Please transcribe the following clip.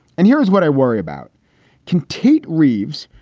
and here's what i worry about can tate reeves,